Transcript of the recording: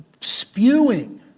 spewing